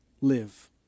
live